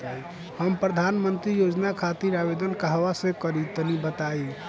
हम प्रधनमंत्री योजना खातिर आवेदन कहवा से करि तनि बताईं?